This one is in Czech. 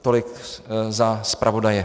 Tolik za zpravodaje.